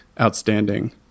outstanding